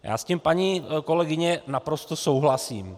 Já s tím, paní kolegyně, naprosto souhlasím.